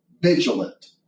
vigilant